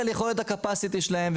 יכולת הcapacity שלהם,